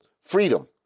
Freedom